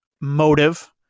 motive